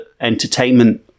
entertainment